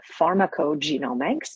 pharmacogenomics